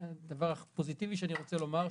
הדבר הפוזיטיבי שאני רוצה לומר,